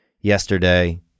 yesterday